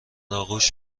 آغوش